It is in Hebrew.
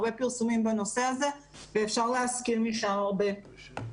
הרבה פרסומים בנושא הזה ואפשר להשכיל משם הרבה.